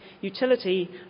utility